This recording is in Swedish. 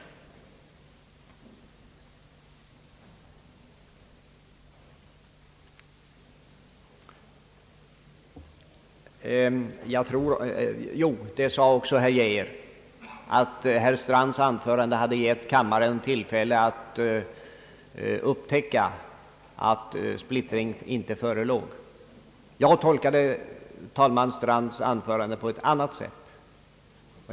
Herr Geijer sade också att herr Strands anförande hade givit kammaren tillfälle att upptäcka att splittring inte föreligger. Jag tolkar talman Strands anförande på ett annat sätt.